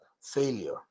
failure